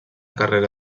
carrera